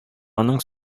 аның